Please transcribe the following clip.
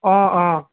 অ অ